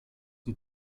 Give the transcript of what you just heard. die